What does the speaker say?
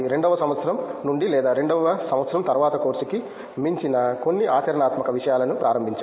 రెండవ సంవత్సరం నుండి లేదా రెండవ సంవత్సరం తరువాత కోర్సు కి మించిన కొన్ని ఆచరణాత్మక విషయాలను ప్రారంభించండి